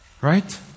Right